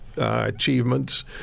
Achievements